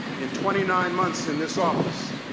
in twenty nine months in this office,